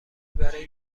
برای